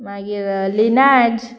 मागीर लिनाज